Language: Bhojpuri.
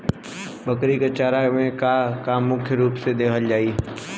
बकरी क चारा में का का मुख्य रूप से देहल जाई?